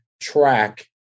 track